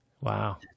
Wow